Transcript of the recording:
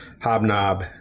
hobnob